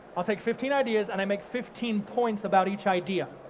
i'll take fifteen ideas and i make fifteen points about each idea.